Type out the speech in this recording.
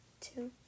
two